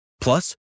Plus